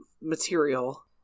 material